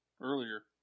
earlier